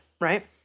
right